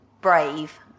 brave